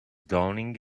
dawning